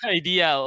idea